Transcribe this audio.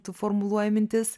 tu formuluoji mintis